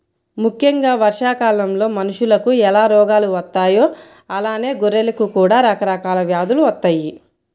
ముక్కెంగా వర్షాకాలంలో మనుషులకు ఎలా రోగాలు వత్తాయో అలానే గొర్రెలకు కూడా రకరకాల వ్యాధులు వత్తయ్యి